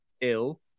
ill